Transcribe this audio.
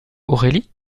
aurélie